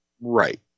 Right